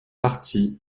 partie